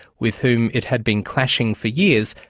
with whom it had been clashing for years,